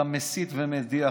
אתה מסית ומדיח,